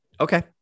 Okay